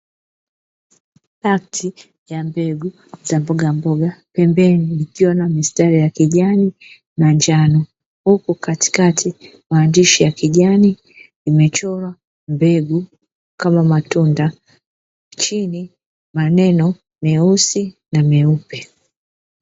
Pakti ya mbegu za mboga mboga pembeni ikiwa na mistari ya kijani na njano, huku katikati maandishi ya kijani yamechorwa mbegu kama matunda, chini maneno meusi na meupe.